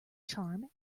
charm